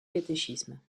catéchisme